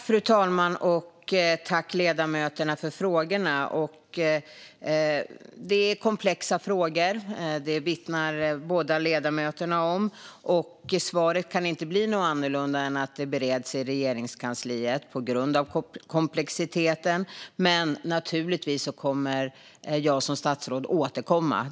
Fru talman! Jag tackar ledamöterna för frågorna. Båda ledamöterna vittnar om att det här är komplexa frågor. Svaret kan inte bli annorlunda än att frågorna på grund av komplexiteten bereds i Regeringskansliet. Men naturligtvis kommer jag, som statsråd, att återkomma.